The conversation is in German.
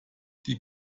die